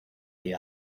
the